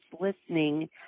listening